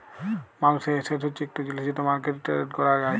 মালুসের এসেট হছে ইকট জিলিস যেট মার্কেটে টেরেড ক্যরা যায়